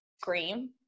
scream